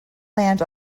land